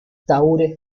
tahúres